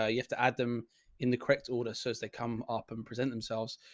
ah you have to add them in the correct order, so as they come up and present themselves,